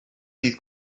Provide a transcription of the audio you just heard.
ddydd